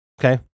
okay